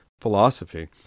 philosophy